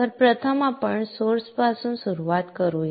तर प्रथम आपण सोर्स पासून सुरुवात करूया